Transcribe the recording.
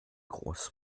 groß